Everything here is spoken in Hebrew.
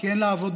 כי אין לה עבודה,